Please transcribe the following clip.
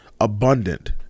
abundant